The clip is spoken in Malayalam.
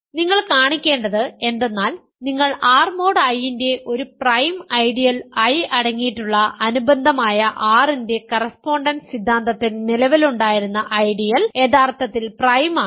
നിങ്ങൾ കാണിക്കേണ്ടത് എന്തെന്നാൽ നിങ്ങൾ R മോഡ് I ന്റെ ഒരു പ്രൈം ഐഡിയൽ I അടങ്ങിയിട്ടുള്ള അനുബന്ധമായ R ന്റെ കറസ്പോണ്ടൻസ് സിദ്ധാന്തത്തിൽ നിലവിലുണ്ടായിരുന്ന ഐഡിയൽ യഥാർത്ഥത്തിൽ പ്രൈം ആണ്